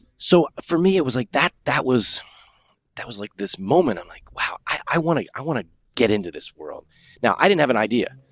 so for me, it was like that. that was that was like, this moment. i'm like, wow, i want to i want to get into this world now. i didn't have an idea.